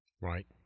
Right